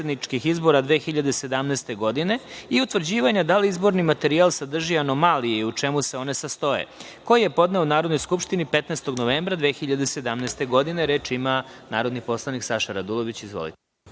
izbora 2017. godine i utvrđivanja da li izborni materijal sadrži anomalije i u čemu se one sastoje, koji je podneo Narodnoj skupštini 15. novembara 2017. godine. Reč ima narodni poslanik Saša Radulović. Izvolite.